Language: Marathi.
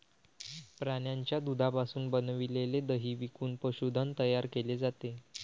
प्राण्यांच्या दुधापासून बनविलेले दही विकून पशुधन तयार केले जाते